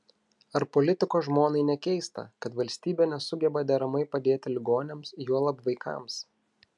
ar politiko žmonai nekeista kad valstybė nesugeba deramai padėti ligoniams juolab vaikams